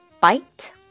bite